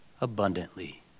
abundantly